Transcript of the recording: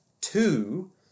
two